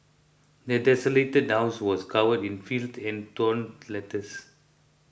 the desolated house was covered in filth and torn letters